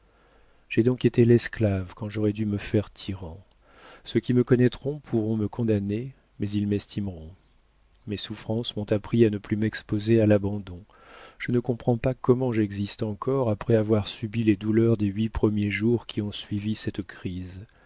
j'ai donc été l'esclave quand j'aurais dû me faire tyran ceux qui me connaîtront pourront me condamner mais ils m'estimeront mes souffrances m'ont appris à ne plus m'exposer à l'abandon je ne comprends pas comment j'existe encore après avoir subi les douleurs des huit premiers jours qui ont suivi cette crise